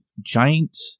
giant